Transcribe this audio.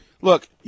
look